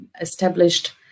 established